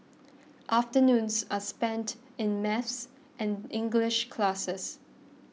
afternoons are spent in maths and English classes